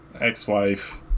ex-wife